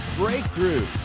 breakthrough